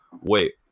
Wait